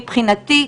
מבחינתי,